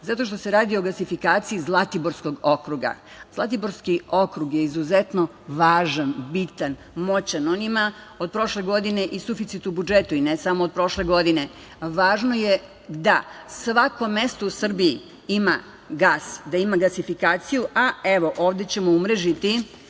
zato što se radi o gasifikaciji Zlatiborskog okruga. Zlatiborski okrug je izuzetno važan, bitan, moćan. On ima od prošle godine i suficit u budžetu i ne samo od prošle godine. Važno je da svako mesto u Srbiji ima gas, da ima gasifikaciju, a evo, ovde ćemo umrežiti